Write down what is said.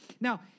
Now